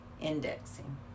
indexing